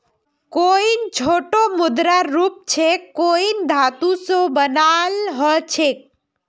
coin छोटो मुद्रार रूप छेक कॉइन धातु स बनाल ह छेक